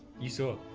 you saw.